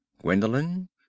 Gwendolen